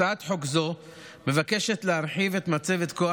הצעת חוק זו מבקשת להרחיב את מצבת כוח